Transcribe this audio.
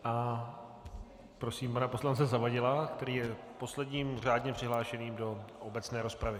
A prosím pana poslance Zavadila, který je posledním řádně přihlášeným do obecné rozpravy.